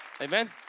Amen